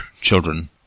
children